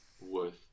worth